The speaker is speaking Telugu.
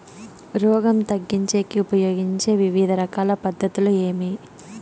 రోగం తగ్గించేకి ఉపయోగించే వివిధ రకాల పద్ధతులు ఏమి?